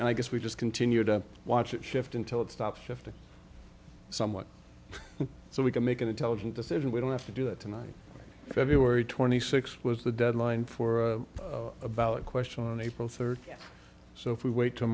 and i guess we just continue to watch it shift until it stops shifting somewhat so we can make an intelligent decision we don't have to do it tonight february twenty sixth was the deadline for a ballot question on april third so if we wait t